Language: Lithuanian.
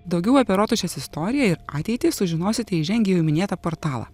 daugiau apie rotušės istoriją ir ateitį sužinosite įžengę į jau minėtą portalą